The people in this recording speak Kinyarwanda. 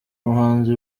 umuhanzi